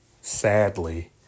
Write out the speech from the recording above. sadly